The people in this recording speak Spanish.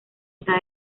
está